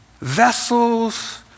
vessels